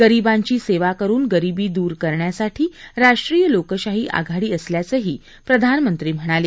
गरिबांची सेवा करून गरिबी दूर करण्यासाठी राष्ट्रीय लोकशाही आघाडी असल्याचंही प्रधानमंत्री म्हणाले